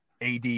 AD